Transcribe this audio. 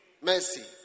Mercy